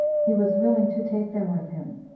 he was willing to take them with him,